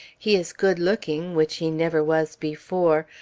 he is good-looking, which he never was before.